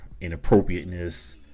inappropriateness